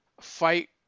fight